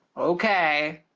okay.